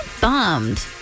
bummed